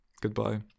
Goodbye